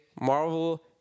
Marvel